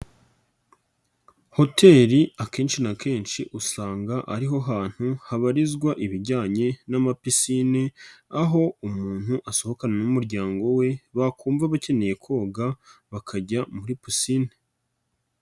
Hoteli akenshi na kenshi usanga ariho hantu habarizwa ibijyanye n'ama pisine, aho umuntu asohokana n'umuryango we bakumva bakeneye koga bakajya muri pisine.